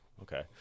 Okay